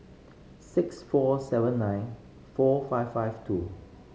six four seven nine four five five two